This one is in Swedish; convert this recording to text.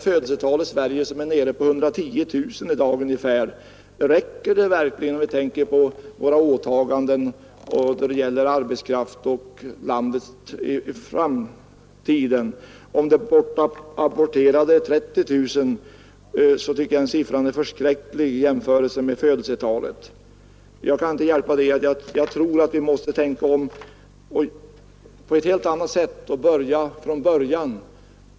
Födelsetalet i Sverige är i dag nere i ungefär 110 000. Räcker det verkligen med hänsyn till våra åtaganden, vår arbetskraft och landets framtid? En siffra på 30000 aborter tycker jag är förskräcklig i jämförelse med födelsetalet. Jag tror att vi måste tänka om och börja från början.